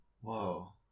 Whoa